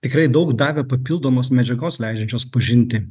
tikrai daug davė papildomos medžiagos leidžiančios pažinti